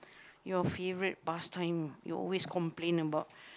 your favourite pastime you always complain about